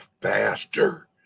faster